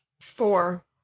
Four